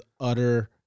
utter